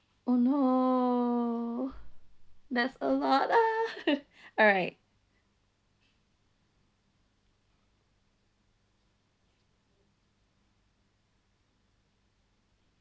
oh no that's a lot ah alright